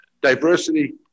diversity